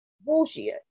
bullshit